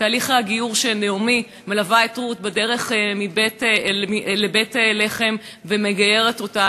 ותהליך הגיור שבו נעמי מלווה את רות בדרך לבית-לחם ומגיירת אותה,